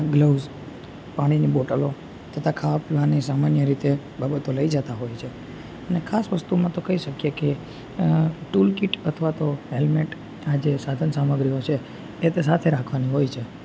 gloves પાણીની બોટલો તથા ખાવા પીવાની સામાન્ય રીતે બાબતો લઈ જતા હોય છે અને ખાસ વસ્તુમાં તો કઈ શકીએ કે ટૂલ કીટ અથવા તો હેલમેટ આજે સાધન સામગ્રીઓ છે એતે સાથે રાખવાની હોય છે